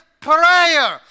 prayer